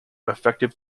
effective